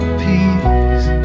peace